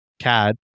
Cad